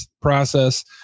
process